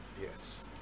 Yes